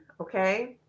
Okay